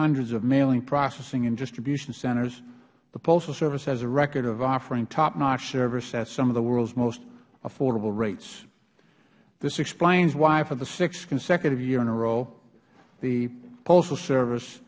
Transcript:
hundreds of mailing processing and distribution centers the postal service has a record of offering top notch service at some of the worlds most affordable rates this explains why for the sixth consecutive year in a row the postal service